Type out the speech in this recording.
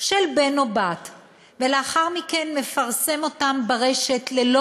של בן או בת ולאחר מכן מפרסם אותן ברשת ללא